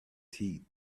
teeth